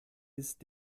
ist